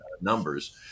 numbers